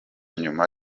nyuma